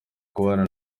kubana